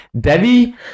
Debbie